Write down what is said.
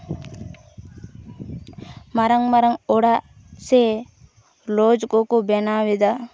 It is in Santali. ᱢᱟᱨᱟᱝ ᱢᱟᱨᱟᱝ ᱚᱲᱟᱜ ᱥᱮ ᱞᱚᱡᱽ ᱠᱚᱠᱚ ᱵᱮᱱᱟᱣᱮᱫᱟ